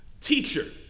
Teacher